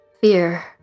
fear